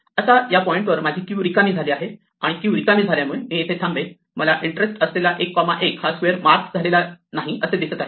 आता या पॉईंटवर माझी क्यू रिकामी झाली आहे आणि क्यू रिकामी झाल्यामुळे मी इथे थांबेल आणि मला इंटरेस्ट असलेला 11 हा स्क्वेअर मार्क झालेला नाही असे दिसत आहे